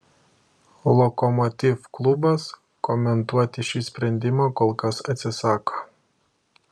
lokomotiv klubas komentuoti šį sprendimą kol kas atsisako